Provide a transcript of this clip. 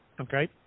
okay